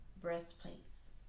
breastplates